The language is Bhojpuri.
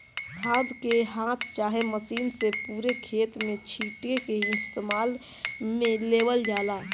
खाद के हाथ चाहे मशीन से पूरे खेत में छींट के इस्तेमाल में लेवल जाला